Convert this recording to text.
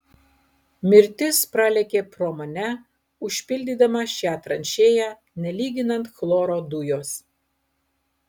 mirtis pralėkė pro mane užpildydama šią tranšėją nelyginant chloro dujos